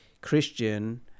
Christian